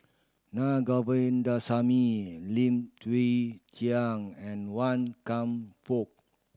Na Govindasamy Lim Chwee Chian and Wan Kam Fook